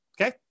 Okay